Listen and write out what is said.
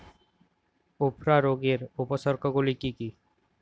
উফরা রোগের উপসর্গগুলি কি কি?